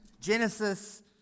Genesis